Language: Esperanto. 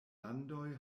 landoj